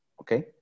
Okay